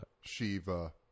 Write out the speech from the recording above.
Shiva